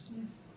Yes